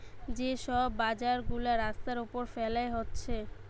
যে সব বাজার গুলা রাস্তার উপর ফেলে হচ্ছে